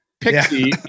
Pixie